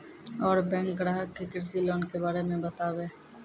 और बैंक ग्राहक के कृषि लोन के बारे मे बातेबे?